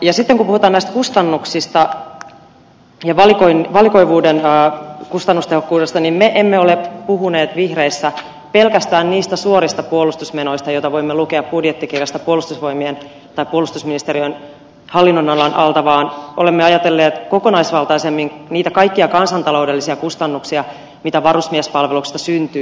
kun puhutaan näistä kustannuksista ja valikoivuuden kustannustehokkuudesta me emme ole puhuneet vihreissä pelkästään niistä suorista puolustusmenoista joita voimme lukea budjettikirjasta puolustusvoimien tai puolustusministeriön hallinnonalan alta vaan olemme ajatelleet kokonaisvaltaisemmin niitä kaikkia kansantaloudellisia kustannuksia mitä varusmiespalveluksesta syntyy